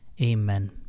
Amen